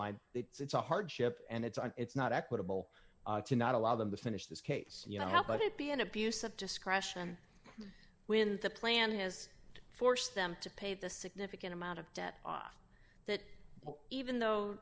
line it's a hardship and it's and it's not equitable to not allow them to finish this case you know help but it be an abuse of discretion when the plan has to force them to pay the significant amount of debt off that even though